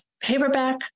paperback